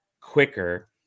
quicker